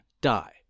die